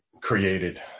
created